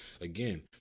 again